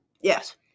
Yes